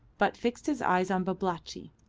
but fixed his eyes on babalatchi.